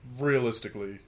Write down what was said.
realistically